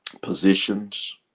positions